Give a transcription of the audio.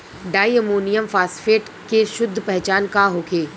डाई ammonium phosphate के शुद्ध पहचान का होखे?